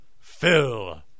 Phil